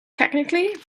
technically